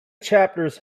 chapters